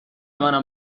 منم